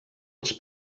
als